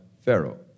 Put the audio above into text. Pharaoh